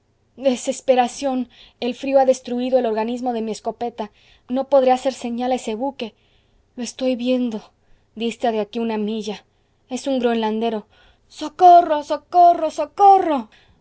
salvado desesperación el frío ha destruido el organismo de mi escopeta no podré hacer señal a ese buque lo estoy viendo dista de aquí una milla es un groenlandero socorro socorro socorro